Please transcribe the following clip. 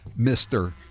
Mr